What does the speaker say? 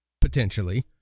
potentially